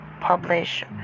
publish